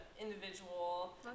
individual